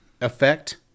effect